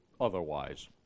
otherwise